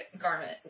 garment